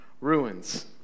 ruins